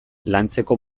lantzeko